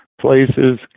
places